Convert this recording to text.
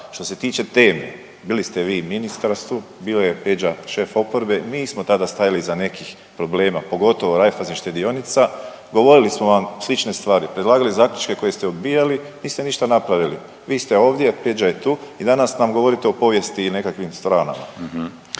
Što se tiče teme, bili ste vi u ministarstvu, bio je Peđa šef oporbe, mi smo tada stajali iza nekih problema pogotovo Raiffeisen štedionica, govorili smo vam slične stvari, predlagali zaključke koje ste odbijali, niste ništa napravili. Vi ste ovdje, Peđa je tu i danas govorite o povijesti i nekakvim stranama.